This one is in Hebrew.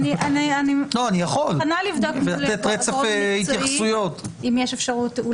אני יכול לבדוק אם יש אפשרות.